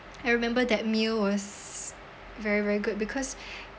I remember that meal was very very good because